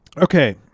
okay